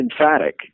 emphatic